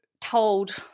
told